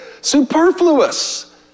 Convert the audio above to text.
superfluous